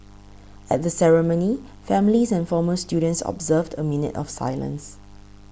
at the ceremony families and former students observed a minute of silence